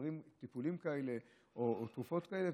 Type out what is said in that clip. דברים טיפוליים כאלה או תרופות כאלה?